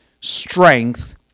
strength